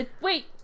Wait